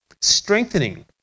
strengthening